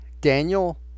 Daniel